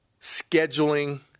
scheduling